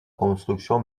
construction